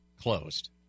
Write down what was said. closed